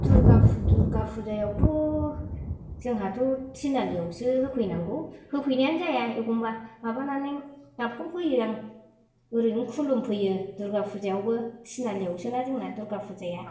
दुर्गा दुर्गा फुजायावथ' जोंहाथ' थिनालियावसो होफैनांगौ होफैनायानो जाया एखमब्ला माबानानै गाबख'फैयो आं ओरैनो खुलुम फैयो दुर्गा फुजायावबो थिनालियावसोना जोंना दुर्गा फुजाया